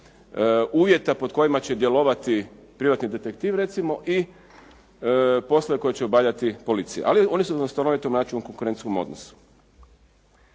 uvjeta pod kojima će djelovati privatni detektiv recimo i poslove koje će obavljati policija, ali oni su na stanovit način u konkurencijskom odnosu.